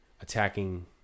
attacking